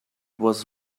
was